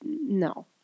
no